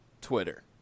Twitter